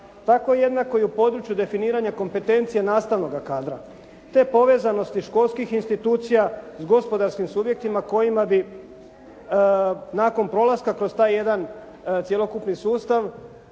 Tako jednostavno u području definiranja kompetencije nastavanoga kadra. Te povezanosti školskih institucija s gospodarskim uvjetima kojima bi nakon prolaska kroz taj jedan cjelokupni sustav